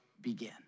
begin